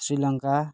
Sri Lanka